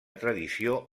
tradició